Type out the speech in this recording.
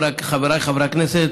חבריי חברי הכנסת,